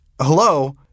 hello